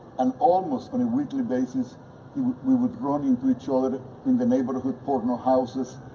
and almost on a weekly basis we would we would run into each other in the neighborhood porno houses,